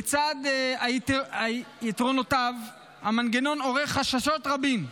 לצד יתרונותיו, המנגנון עורר חששות רבים.